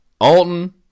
Alton